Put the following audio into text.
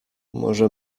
może